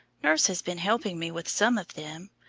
nurse has been helping me with some of them.